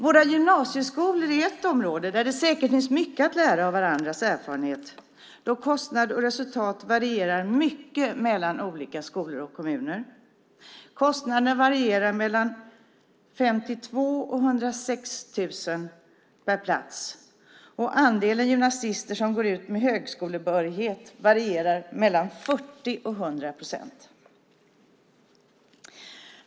Våra gymnasieskolor är ett område där det säkert finns mycket att lära av varandras erfarenhet då kostnad och resultat varierar mycket mellan olika skolor och kommuner. Kostnaderna varierar mellan 52 000 och 106 000 per plats, och andelen gymnasister som går ut med högskolebehörighet varierar mellan 40 och 100 procent.